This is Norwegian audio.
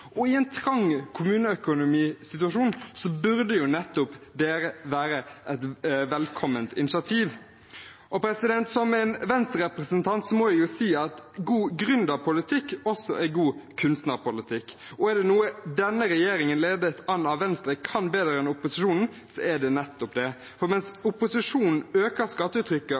opp. I en trang kommuneøkonomisituasjon burde nettopp det være et velkomment initiativ. Som Venstre-representant må jeg si at god gründerpolitikk også er god kunstnerpolitikk. Og er det noe denne regjeringen, ledet an av Venstre, kan bedre enn opposisjonen, er det nettopp det. For mens opposisjonen øker